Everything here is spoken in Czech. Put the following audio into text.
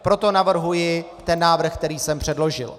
Proto navrhuji návrh, který jsem předložil.